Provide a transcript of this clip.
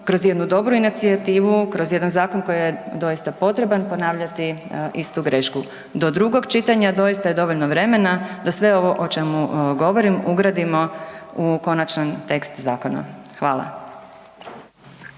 kroz jednu dobru inicijativu, kroz jedan zakon koji je doista potreban, ponavljati istu grešku. Do drugog čitanja doista je dovoljno vremena da sve ovo o čemu govorim ugradimo u konačan tekst zakona. Hvala.